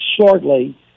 Shortly